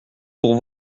pour